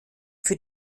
für